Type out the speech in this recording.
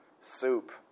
soup